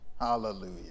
Hallelujah